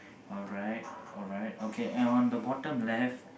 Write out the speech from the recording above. alright alright okay and on the bottom left